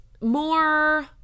more